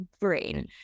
brain